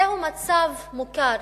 זהו מצב מוכר,